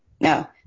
No